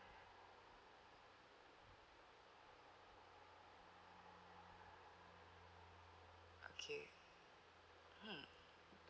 okay mm